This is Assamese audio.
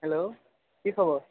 হেল্ল' কি খবৰ